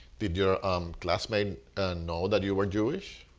did your um classmates know that you were jewish?